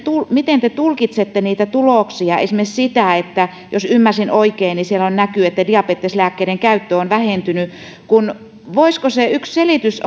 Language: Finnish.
miten te tulkitsette niitä tuloksia esimerkiksi sitä jos ymmärsin oikein että siellä näkyy että diabeteslääkkeiden käyttö on vähentynyt voisiko yksi selitys